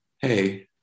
hey